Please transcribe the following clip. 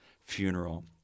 funeral